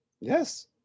yes